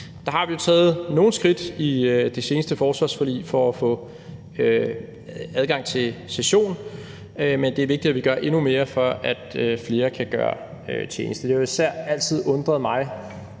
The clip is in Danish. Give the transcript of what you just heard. Vi har jo taget nogle skridt i det seneste forsvarsforlig for at få adgang til session, men det er vigtigt, at vi gør endnu mere, for at flere kan gøre tjeneste. Det har især altid undret mig,